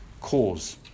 cause